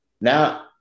Now